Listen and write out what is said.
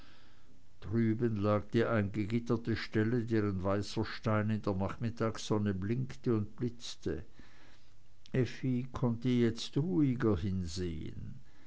drüben lag die eingegitterte stelle deren weißer stein in der nachmittagssonne blinkte und blitzte effi konnte jetzt ruhiger hinsehen